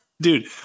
Dude